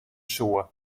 soe